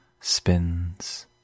spins